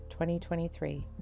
2023